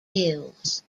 hills